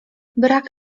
brak